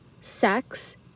sex